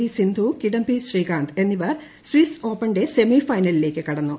V Sindhu Kidambi Srikanth എന്നിവർ സിസ്ട് ഓപ്പണിന്റെ സെമി ഫൈനലിലേക്ക് കടന്നു